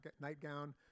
nightgown